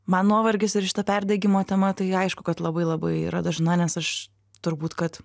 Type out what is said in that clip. man nuovargis ir šita perdegimo tema tai aišku kad labai labai yra dažna nes aš turbūt kad